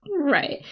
Right